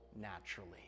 naturally